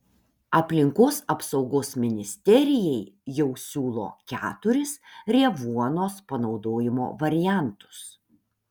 aplinkos apsaugos ministerijai jau siūlo keturis revuonos panaudojimo variantus